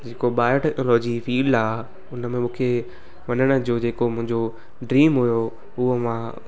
जेको बायोटेक्नोलॉजी ई फील्ड आहे हुन में मूंखे वञण जो जेको मुंहिंजो ड्रीम हुयो उहो मां